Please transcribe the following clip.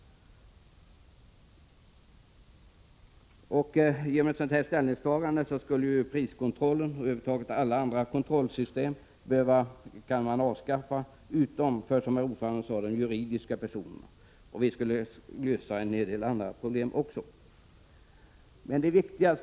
Genom en sådan åtgärd skulle priskontrollen och alla andra kontrollsystem kunna avskaffas utom i fråga om juridiska personer. Även en del andra problem skulle kunna lösas.